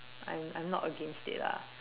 I'm I'm not against it lah